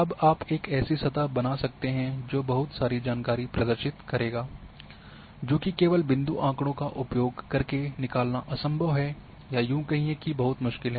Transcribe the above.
अब आप एक ऐसी सतह बना सकते हैं जो बहुत सारी जानकारी प्रदर्शित करेगा जो कि केवल बिंदु आँकड़ों का उपयोग करके निकालना असंभव है या यूँ कहिए कि बहुत मुश्किल है